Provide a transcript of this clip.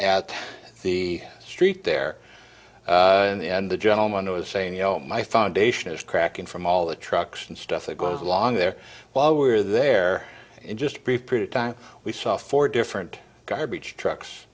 at the street there and the gentleman who was saying you know my foundation is cracking from all the trucks and stuff that goes along there while we were there in just a brief period of time we saw four different garbage trucks